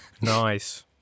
Nice